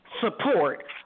support